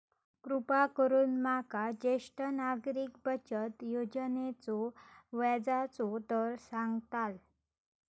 कृपा करून माका ज्येष्ठ नागरिक बचत योजनेचो व्याजचो दर सांगताल